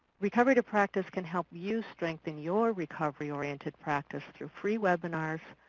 recovery to practice can help you strengthen your recovery oriented practice through free webinars,